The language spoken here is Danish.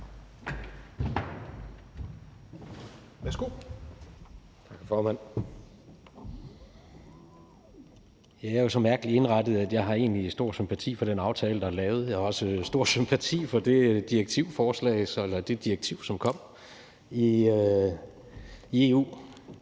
Jeg er så mærkeligt indrettet, at jeg egentlig har stor sympati for den aftale, der er lavet. Jeg har også stor sympati for det direktiv, som kom fra EU.